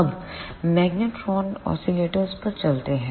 अब magnetron oscillators पर चलते हैं